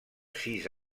sis